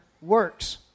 works